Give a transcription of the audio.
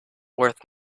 worth